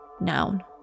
noun